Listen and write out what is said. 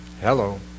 hello